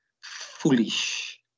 foolish